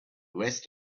rest